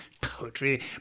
poetry